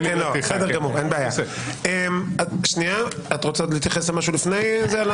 את רוצה להתייחס למשהו בנושא הזה?